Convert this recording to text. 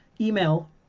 email